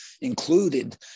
included